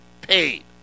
paid